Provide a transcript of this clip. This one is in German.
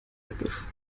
gebüsch